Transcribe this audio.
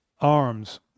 arms